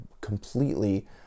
completely